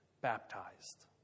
baptized